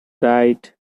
died